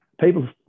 people